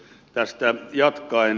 tästä jatkaen